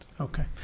Okay